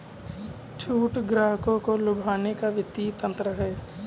छूट ग्राहकों को लुभाने का वित्तीय तंत्र है